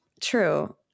True